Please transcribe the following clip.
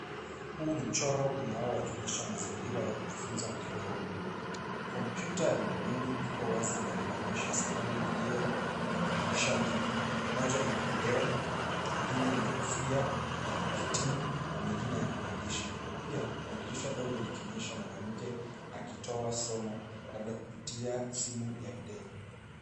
Huu ni mchoro unaowakilisha mazingira ya kujifunza mtandaoni. Kompyuta ya mkononi iko wazi na inaonyesha skrini iliyo na madirisha mengi, moja ina video ingine lina kofia ya kuhitimu, na mengine yana maandishi. Pia kuna dirisha dogo likionyesha mwanamke akitoa somo, labda kupitia simu ya video.